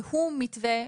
והוא מתווה,